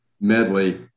medley